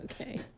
Okay